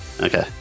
Okay